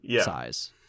size